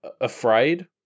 afraid